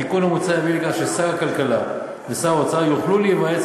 התיקון המוצע יביא לכך ששר הכלכלה ושר האוצר יוכלו להתייעץ,